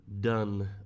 done